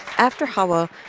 after xawa,